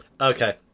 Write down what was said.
Okay